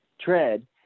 tread